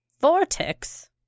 vortex